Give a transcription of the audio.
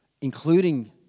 including